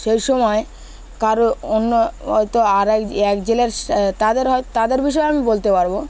সেই সময় কারো অন্য হয়তো আর এক এক জেলার তাদের হয়ত তাদের বিষয়ে আমি বলতে পারবো